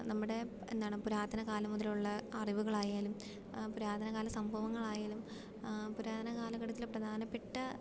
നമ്മുടെ എന്താണ് പുരാതനകാലം മുതലുള്ള അറിവുകളായാലും പുരാതനകാല സംഭവങ്ങളായാലും പുരാതന കാലഘട്ടത്തിലെ പ്രധാനപ്പെട്ട